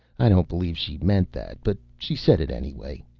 i don't believe she meant that, but she said it anyway.